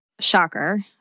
Shocker